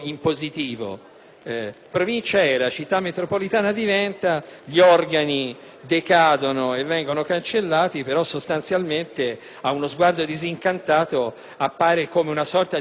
Provincia era, città metropolitana diventa; gli organi decadono e vengono cancellati però sostanzialmente, ad uno sguardo disincantato, ciò appare come una sorta di sostituzione: